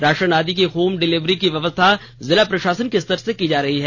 राषन आदि की home delivery की व्यवस्था जिला प्रशासन के स्तर से की जा रही है